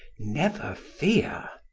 never fear!